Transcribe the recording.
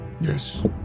yes